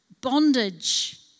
bondage